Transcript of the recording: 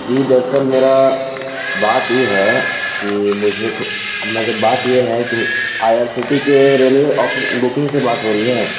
جی دراصل میرا بات یہ ہے کہ مجھے تو مطلب بات یہ ہے کہ آئی آر سی ٹی کے ریلوے آفس بکنگ سے بات ہو رہی ہے